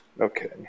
okay